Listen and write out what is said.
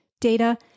data